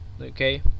okay